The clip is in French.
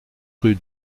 rue